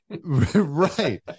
Right